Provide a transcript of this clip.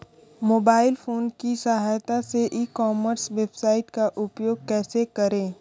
Mobile phone की सहायता से ई कॉमर्स वेबसाइट का उपयोग कैसे करें?